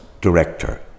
director